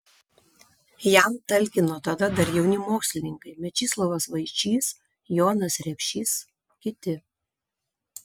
jam talkino tada dar jauni mokslininkai mečislovas vaičys jonas repšys kiti